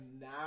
now